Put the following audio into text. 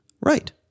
Right